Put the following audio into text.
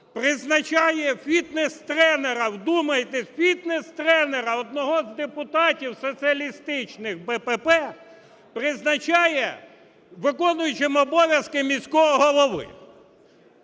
призначає фітнес-тренера, вдумайтесь, фітнес-тренера одного з депутатів соціалістичних БПП призначає виконуючим обов'язки міського голови.